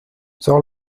sors